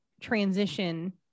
transition